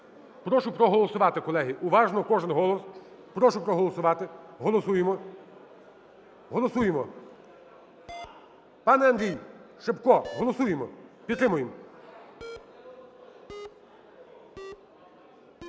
Прошу проголосувати, колеги, уважно, кожен голос. Прошу проголосувати, голосуємо, голосуємо. Пане Андрій Шипко, голосуємо, підтримуємо.